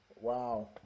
Wow